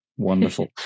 wonderful